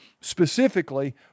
specifically